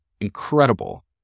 incredible